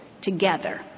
together